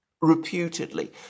reputedly